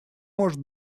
может